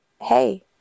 hey